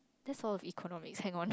that's all of economics hang on